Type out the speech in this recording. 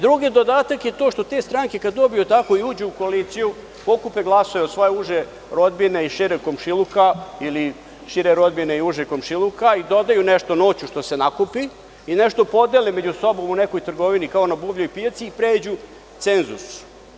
Drugi dodatak je to što te stranke kada dobiju tako i uđu u koaliciju pokupe glasove od svoje uže rodbine i šireg komšiluka ili šire rodbine i užeg komšiluka i dodaju nešto noću što se nakupi i nešto podele među sobom u nekoj trgovini kao na buvljoj pijaci i pređu cenzus.